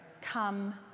come